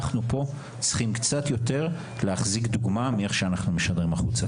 אנחנו פה צריכים קצת יותר להחזיק דוגמה למה שאנחנו משדרים החוצה.